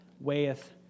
weigheth